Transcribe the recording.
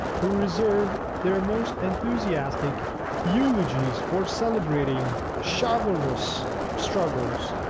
who reserved their most enthusiastic eulogies for celebrating chivalrous struggles,